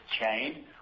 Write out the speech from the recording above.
chain